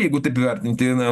jeigu taip vertinti na